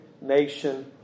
nation